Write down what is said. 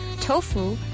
Tofu